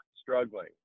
struggling